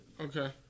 Okay